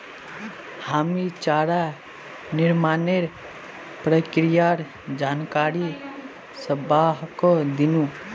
हामी चारा निर्माणेर प्रक्रियार जानकारी सबाहको दिनु